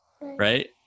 Right